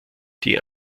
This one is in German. die